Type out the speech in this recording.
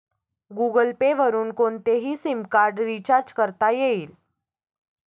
Google Pay वरुन कोणतेही SIM card recharge करता येईल